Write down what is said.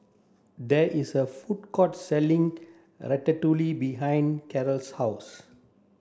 there is a food court selling Ratatouille behind Karel's house